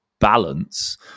balance